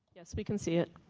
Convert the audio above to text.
yes, we can see it.